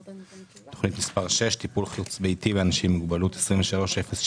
תוכנית מספר 6 טיפול חוץ ביתי לאנשים עם מוגבלות 23-07-21: